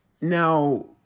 Now